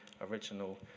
original